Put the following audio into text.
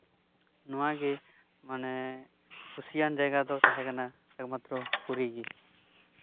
ᱱᱚᱶᱟ ᱜᱮ ᱢᱟᱱᱮ ᱠᱩᱥᱤᱭᱟᱱ ᱰᱟᱭᱜᱟ ᱫᱚ ᱛᱟᱦᱮᱸᱠᱟᱱᱟ ᱮᱠᱢᱟᱛᱨᱚ ᱯᱩᱨᱤ ᱜᱮ